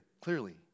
clearly